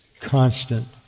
constant